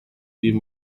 even